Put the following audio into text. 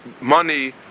money